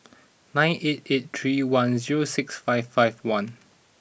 nine eight eight three one zero six five five one